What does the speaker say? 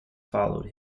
followed